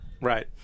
Right